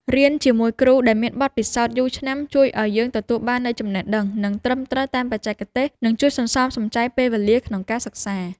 រៀនជាមួយគ្រូដែលមានបទពិសោធន៍យូរឆ្នាំជួយឱ្យយើងទទួលបាននូវចំណេះដឹងដែលត្រឹមត្រូវតាមបច្ចេកទេស និងជួយសន្សំសំចៃពេលវេលាក្នុងការសិក្សា។